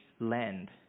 land